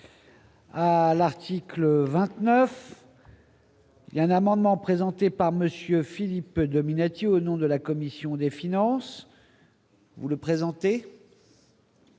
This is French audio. à l'article 29. A un amendement présenté par monsieur Philippe Dominati au nom de la commission des finances. Vous le présenter.